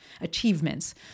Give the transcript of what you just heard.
Achievements